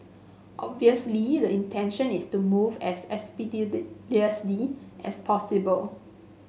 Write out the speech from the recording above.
obviously the intention is to move as expeditiously as possible